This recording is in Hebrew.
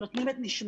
הם נותנים את נשמתם.